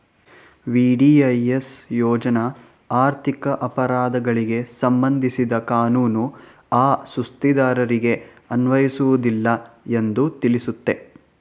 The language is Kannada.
ವಿ.ಡಿ.ಐ.ಎಸ್ ಯೋಜ್ನ ಆರ್ಥಿಕ ಅಪರಾಧಿಗಳಿಗೆ ಸಂಬಂಧಿಸಿದ ಕಾನೂನು ಆ ಸುಸ್ತಿದಾರರಿಗೆ ಅನ್ವಯಿಸುವುದಿಲ್ಲ ಎಂದು ತಿಳಿಸುತ್ತೆ